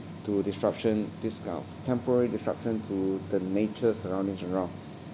to disruption this kind of temporary disruption to the nature surroundings around